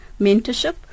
mentorship